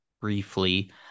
briefly